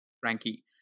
Frankie